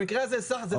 במקרה הזה --- בסדר.